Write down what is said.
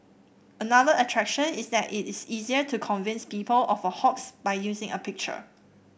another attraction is that it is easier to convince people of a hoax by using a picture